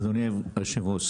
אדוני היושב-ראש,